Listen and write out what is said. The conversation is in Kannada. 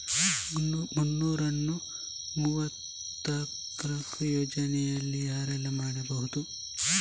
ಮುನ್ನೂರ ಮೂವತ್ತರ ಯೋಜನೆಯನ್ನು ಯಾರೆಲ್ಲ ಮಾಡಿಸಬಹುದು?